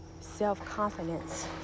self-confidence